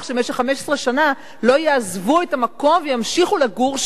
15 שנה לא יעזבו את המקום וימשיכו לגור שם,